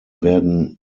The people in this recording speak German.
werden